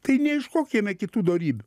tai neieškok jame kitų dorybių